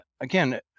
again